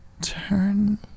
turn